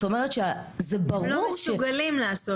הם לא מסוגלים לעשות את זה.